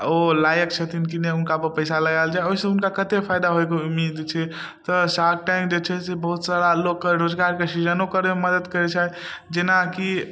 ओ लायक छथिन कि नहि हुनकामे पैसा लगायल जाइ ओइसँ हुनका कते फायदा होइके उम्मीद छै तऽ शार्क टैंक जे छै से बहुत सारा लोकके रोजगारके सृजनो करयमे मदद करय छथि जेनाकी